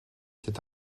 cet